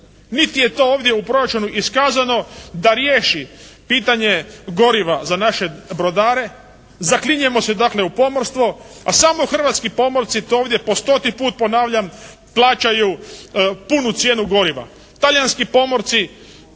niti je to ovdje u proračunu iskazano da riješi pitanje goriva za naše brodare, zaklinjemo se dakle u pomorstvo, a samo hrvatski pomorci to ovdje po stoti put ponavljam plaćaju punu cijenu goriva.